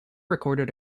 recorded